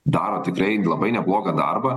daro tikrai labai neblogą darbą